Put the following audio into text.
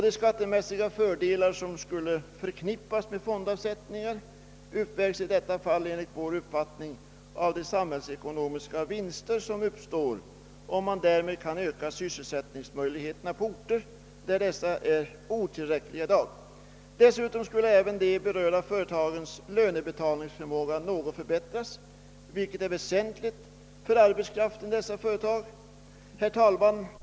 De skattemässiga fördelar som skulle förknippas med fondavsättningar uppvägs i detta fall enligt vår uppfattning av de samhällsekonomiska vinster som uppstår om man därmed kan öka sysselsättningsmöjligheterna på orter där dessa är otillräckliga i dag. Dessutom skulle även de berörda företagens lönebetalningsförmåga något förbättras, vilket är väsentligt för arbetskraften i dessa företag. Herr talman!